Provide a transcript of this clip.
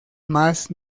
más